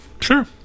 Sure